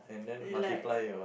like